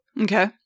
Okay